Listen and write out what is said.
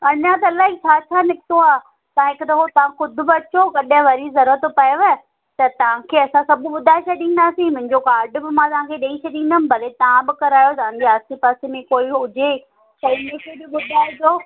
अञा त अलाई छा छा निकितो आहे तव्हां हिकु दफ़ो तव्हां ख़ुदि बि अचो कॾहिं वरी ज़रूरत पएव त तव्हां खे असां सभु ॿुधाए छॾींदासीं मुंहिंजो काड मां तव्हां खे ॾेई छॾींदीमांव भले तव्हां बि करायो त पंहिंजे आसे पासे में कोई हुजे त उन खे बि ॿुधाइजो